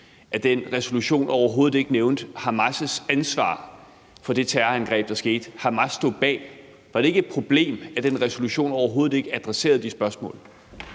at den resolution overhovedet ikke nævnte Hamas' ansvar for det terrorangreb, der skete, og som Hamas stod bag? Var det ikke et problem, at den resolution overhovedet ikke adresserede de spørgsmål?